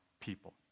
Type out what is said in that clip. people